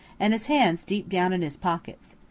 and his hands deep down in his pockets.